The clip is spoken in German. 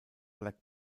black